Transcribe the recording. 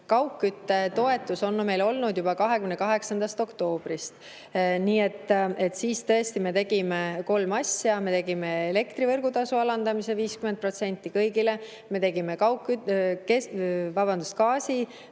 Kaugküttetoetus on meil olnud juba 28. oktoobrist. Siis tõesti me tegime kolm asja: me tegime elektrivõrgutasu alandamise 50% kõigile, me tegime gaasivõrgutasu